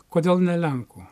kodėl ne lenkų